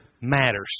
matters